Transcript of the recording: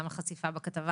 גם הכתבה